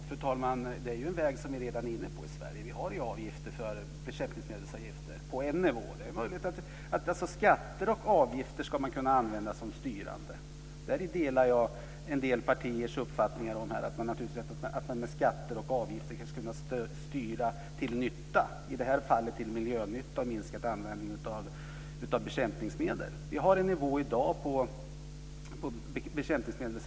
Fru talman! Det är en väg som vi redan är inne på i Sverige. Vi har bekämpningsmedelsavgifter på en nivå. Det är möjligt att kunna använda skatter och avgifter på ett styrande sätt. Jag delar en del partiers uppfattningar om att med hjälp av skatter och avgifter styra till miljönytta och minskat användande av bekämpningsmedel. Vi har en nivå i dag på avgifter för bekämpningsmedel.